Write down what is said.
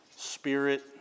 Spirit